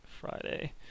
Friday